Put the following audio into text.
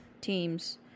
teams